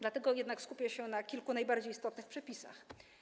Dlatego jednak skupię się na kilku najbardziej istotnych przepisach.